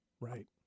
Right